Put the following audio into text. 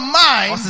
mind